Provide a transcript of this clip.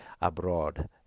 abroad